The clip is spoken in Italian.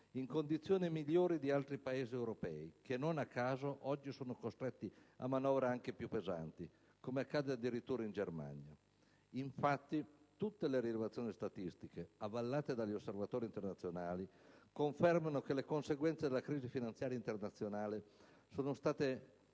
in condizioni migliori di altri Paesi europei che, non a caso, oggi sono costretti a manovre anche più pesanti, come accade addirittura in Germania. Infatti, tutte le rilevazioni statistiche avallate dagli osservatori internazionali confermano che, per quanto riguarda i contraccolpi